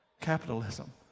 capitalism